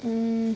mm